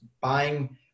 buying